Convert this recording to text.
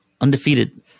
Undefeated